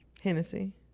Hennessy